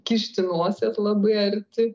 kišti nosies labai arti